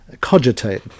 cogitate